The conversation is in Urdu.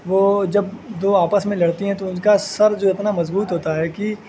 وہ جب دو آپس میں لڑتی ہیں تو ان کا سر جو اتنا مضبوط ہوتا ہے کہ